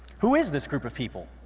who is this group of people?